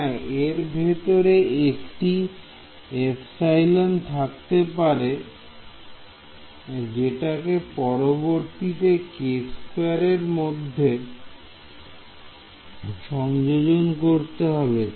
হ্যাঁ এর ভিতর একটি ε থাকতে পারে যেটাকে পরবর্তীতে এরমধ্যে সংযোজন করা হবে